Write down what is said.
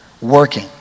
working